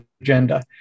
agenda